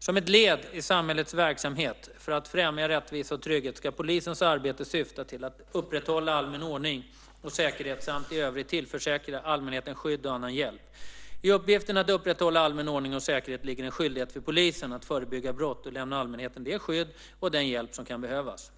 Som ett led i samhällets verksamhet för att främja rättvisa och trygghet ska polisens arbete syfta till att upprätthålla allmän ordning och säkerhet samt att i övrigt tillförsäkra allmänheten skydd och annan hjälp. I uppgiften att upprätthålla allmän ordning och säkerhet ligger en skyldighet för polisen att förebygga brott och lämna allmänheten det skydd och den hjälp som kan behövas.